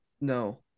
No